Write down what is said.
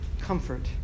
comfort